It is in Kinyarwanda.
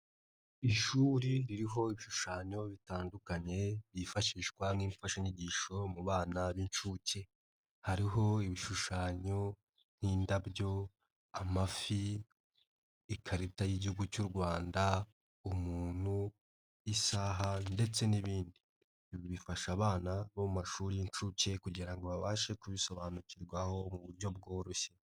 Ishuri ririho ibishushanyo bitandukanye byifashishwa n'imfashanyigisho mu bana b'inshuke, hariho ibishushanyo nk'indabyo, amafi, ikarita y'Igihugu cy'u Rwanda, umuntu, isaha ndetse n'ibindi, bifasha abana bo mashuri y'inshuke kugira ngo babashe kubisobanukirwaho mu buryo bworoshye.